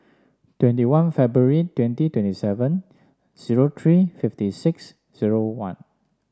twenty one February twenty twenty seven zero three fifty six zero one